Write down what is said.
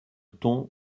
ton